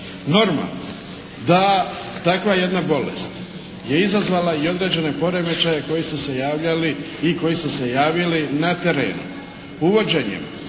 Normalno da takva jedna bolest je izazvala i određene poremećaje koji su se javljali i koji su se javili na terenu. Uvođenjem